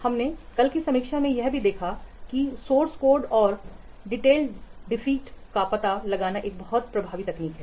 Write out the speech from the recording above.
हमने कल की समीक्षा यह भी देखा कि सोर्स कोड से डिटेल डिफीट का पता लगाना एक बहुत प्रभावी तकनीक है